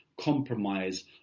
compromise